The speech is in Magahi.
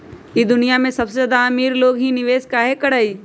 ई दुनिया में ज्यादा अमीर लोग ही निवेस काहे करई?